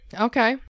Okay